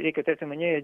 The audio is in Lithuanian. reikia turėti omenyje